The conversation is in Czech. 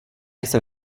jsem